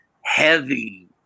heavy